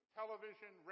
television